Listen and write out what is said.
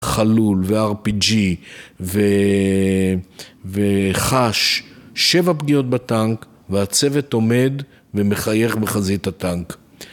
חלול ו-RPG וחש שבע פגיעות בטנק והצוות עומד ומחייך בחזית הטנק